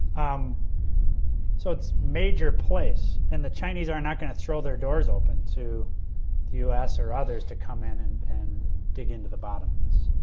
um so, its major place and the chinese are not going to throw their doors open to the u s. or others to come in and and dig into the bottom of this.